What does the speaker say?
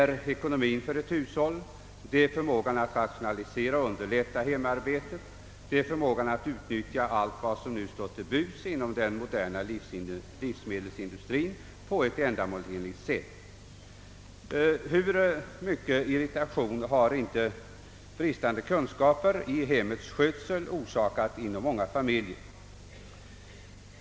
Det gäller hushållets ekonomi, förmågan att rationalisera och underlätta hemarbetet, förmågan att på ett ändamålsenligt sätt utnyttja allt vad som nu står till buds inom den moderna livsmedelsindustrin. Hur mycken irritation har inte bristande kunskaper i hemmets skötsel orsakat i många familjer?